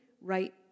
right